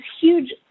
huge